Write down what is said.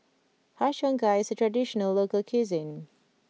Har Cheong Gai is a traditional local cuisine